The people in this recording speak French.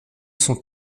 son